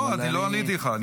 לא, אני לא עניתי לך.